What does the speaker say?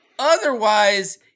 Otherwise